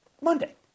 Monday